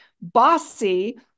bossy